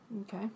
Okay